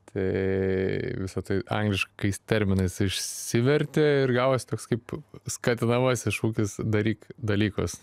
tai visa tai angliškais terminais išsivertė ir gavosi toks kaip skatinamasis šūkis daryk dalykus